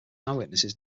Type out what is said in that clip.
eyewitness